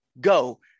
go